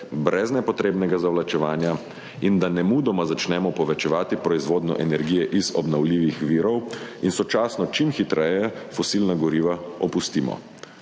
brez nepotrebnega zavlačevanja in da nemudoma začnemo povečevati proizvodnjo energije iz obnovljivih virov in sočasno čim hitreje opustimo